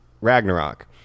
Ragnarok